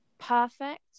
perfect